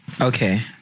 Okay